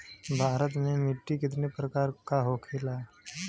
भारत में मिट्टी कितने प्रकार का होखे ला?